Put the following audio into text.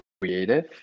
creative